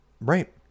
Right